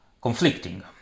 conflicting